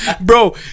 Bro